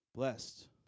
Blessed